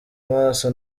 amaso